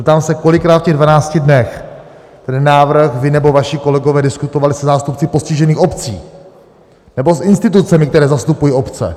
Zeptám se, kolikrát v těch 12 dnech ten návrh vy nebo vaši kolegové diskutovali se zástupci postižených obcí nebo s institucemi, které zastupují obce?